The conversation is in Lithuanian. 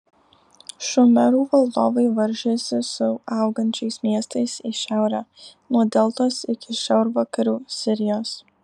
šumerų valdovai varžėsi su augančiais miestais į šiaurę nuo deltos iki šiaurvakarių sirijos